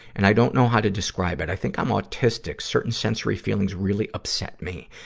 and i don't know how to describe it. i think i'm autistic. certain sensory feelings really upset me.